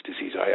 disease